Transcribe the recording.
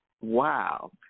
Wow